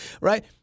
Right